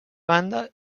banda